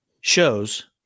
shows